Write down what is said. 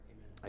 Amen